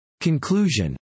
Conclusion